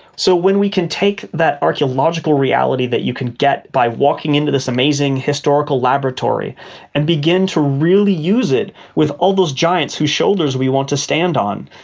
so when we can take that archaeological reality that you can get by walking into this amazing historical laboratory and begin to really use it with all those giants whose shoulders we want to stand on,